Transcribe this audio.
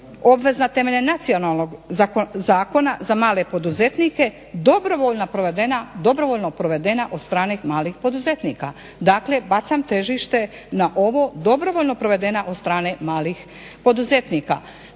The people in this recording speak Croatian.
obvezna temeljem nacionalnog zakona za male poduzetnike dobrovoljno provedena, dobrovoljno provedena od strane malih poduzetnika. Dakle bacam težite na ovo dobrovoljno provedena od strane malih poduzetnika,